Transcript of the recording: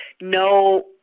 no